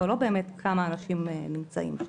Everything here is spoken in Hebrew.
אבל לא באמת כמה אנשים נמצאים שם.